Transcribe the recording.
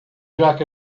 jack